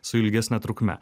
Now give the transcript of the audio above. su ilgesne trukme